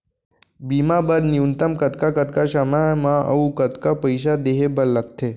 बीमा बर न्यूनतम कतका कतका समय मा अऊ कतका पइसा देहे बर लगथे